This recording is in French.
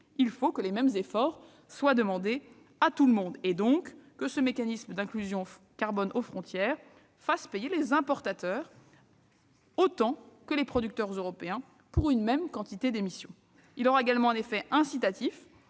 il faut que les mêmes efforts soient demandés à tout le monde. Tel est l'objet de ce mécanisme d'inclusion carbone aux frontières : faire en sorte que les importateurs payent autant que les producteurs européens, pour une même quantité d'émissions. Ce mécanisme aura également un effet incitatif